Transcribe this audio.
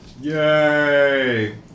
Yay